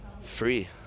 free